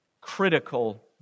critical